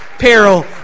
peril